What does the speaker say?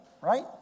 right